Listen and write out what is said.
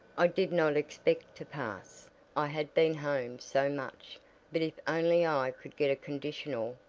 i did not expect to pass i had been home so much but if only i could get a conditional,